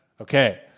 Okay